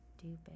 Stupid